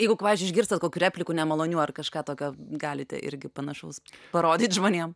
jeigu k pavyzdžiui išgirstate kokių replikų nemalonių ar kažką tokio galite irgi panašaus parodyt žmonėm